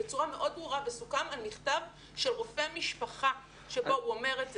בצורה מאוד ברורה וסוכם על מכתב של רופא משפחה שבו הוא אומר את זה.